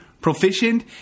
proficient